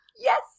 Yes